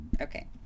okay